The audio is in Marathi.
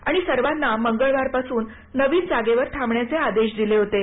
आणि सर्वांना मंगळवारपासून नवीन जागेवर थांबण्याचे आदेश दिले हेाते